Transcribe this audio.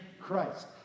Christ